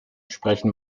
sprechen